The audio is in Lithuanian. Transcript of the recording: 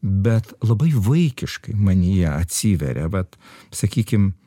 bet labai vaikiškai manyje atsiveria vat sakykim